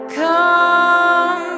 come